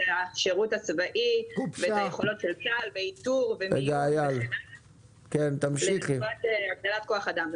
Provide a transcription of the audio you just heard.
השירות הצבאי והיכולות של צה"ל באיתור ומיון לטובת הגדלת כח אדם.